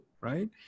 right